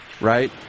right